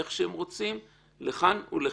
איך שהם רוצים לכאן ולכאן.